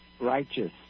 righteous